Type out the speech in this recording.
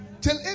Till